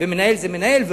ומנהל זה מנהל,